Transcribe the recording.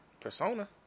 persona